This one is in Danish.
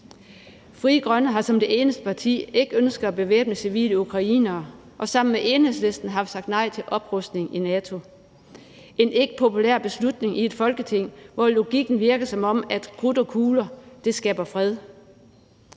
Frie Grønne har som det eneste parti ikke ønsket at bevæbne civile ukrainere, og sammen med Enhedslisten har vi sagt nej til oprustning i NATO – en ikke populær beslutning i et Folketing, hvor det virker, som om logikken er, at krudt og kugler skaber fred.